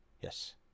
Yes